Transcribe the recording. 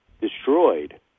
destroyed